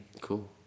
cool